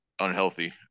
unhealthy